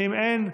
אם אין,